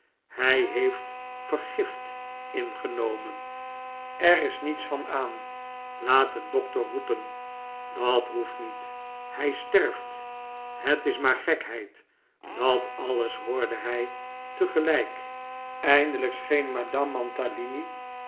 hij heeft vergift ingenomen er is niets van aan laat een dokter roepen dat hoeft niet hij sterft het is maar gekheid dat alles hoorde hij tegelijk eindelijk scheen madame